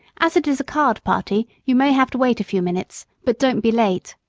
as it is a card party, you may have to wait a few minutes, but don't be late.